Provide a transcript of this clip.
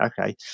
Okay